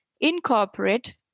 incorporate